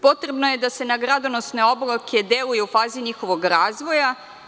Potrebno je da se na gradonosne oblake deluje u fazi njihovog razvoja.